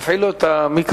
תפעילו את המיקרופון.